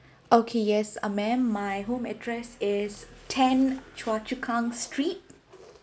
okay yes ma'am my home address is ten Choa Chu Kang street